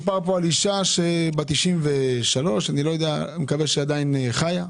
דובר פה על אישה בת 93, אני מקווה שהיא עדיין חיה,